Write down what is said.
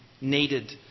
needed